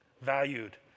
Valued